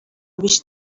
wish